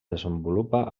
desenvolupa